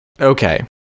Okay